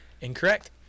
Incorrect